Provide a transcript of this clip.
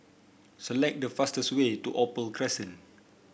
select the fastest way to Opal Crescent